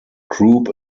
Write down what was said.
group